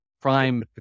prime